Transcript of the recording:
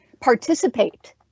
participate